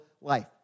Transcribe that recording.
life